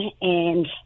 and-